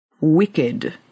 Wicked